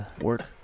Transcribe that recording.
work